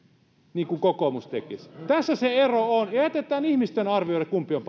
niin kuin kokoomus tekisi tässä se ero on jätetään ihmisten arvioitavaksi kumpi on